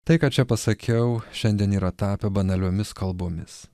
tai ką čia pasakiau šiandien yra tapę banaliomis kalbomis